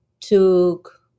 took